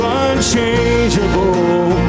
unchangeable